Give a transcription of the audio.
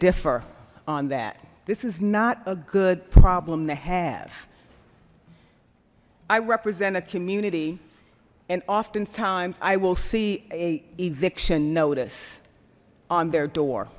differ on that this is not a good problem to have i represent a community and oftentimes i will see a eviction notice on their door